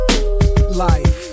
Life